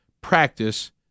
practice